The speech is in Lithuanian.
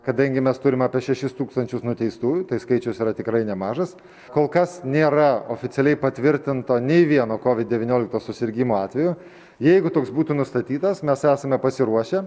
kadangi mes turim apie šešis tūkstančius nuteistųjų tai skaičius yra tikrai nemažas kol kas nėra oficialiai patvirtinto nei vieno kovid devyniolika susirgimo atvejo jeigu toks būtų nustatytas mes esame pasiruošę